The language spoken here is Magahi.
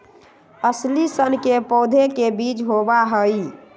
अलसी सन के पौधे के बीज होबा हई